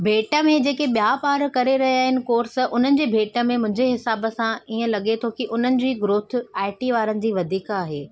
भेंट में जेके ॿिया ॿार करे रहिया आहिनि कोर्स हुननि जी भेंट में मुंहिंजे हिसाब सां सभु सां हीअं लॻे थो हुननि जी ग्रोथ आई टी वारनि जे वधीक आहे